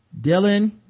Dylan